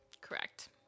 Correct